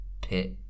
pit